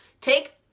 take